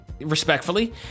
respectfully